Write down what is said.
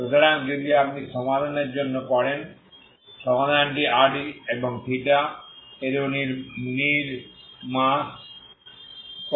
সুতরাং যদি আপনি সমাধানের সন্ধান করেন সমাধানটি r এবং এর উপর নির্ মাস করে